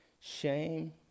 shame